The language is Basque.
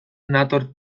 nator